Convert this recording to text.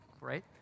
right